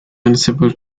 municipal